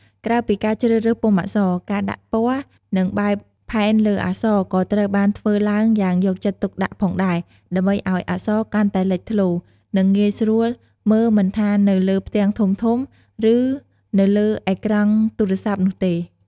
ក្រៅពីការជ្រើសរើសពុម្ពអក្សរ ការដាក់ពណ៌ និងបែបផែនលើអក្សរក៏ត្រូវបានធ្វើឡើងយ៉ាងយកចិត្តទុកដាក់ផងដែរ ដើម្បីឱ្យអក្សរកាន់តែលេចធ្លោ និងងាយស្រួលមើលមិនថានៅលើផ្ទាំងធំៗ ឬនៅលើអេក្រង់ទូរសព្ទនោះទេ ។